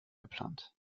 geplant